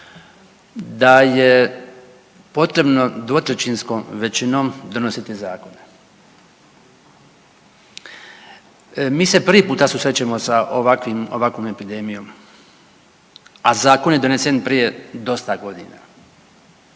da je potrebno 2/3 većinom donositi zakone. Mi se prvi puta susrećemo sa ovakvom epidemijom, a zakon je donesen prije dosta godina.